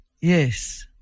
Yes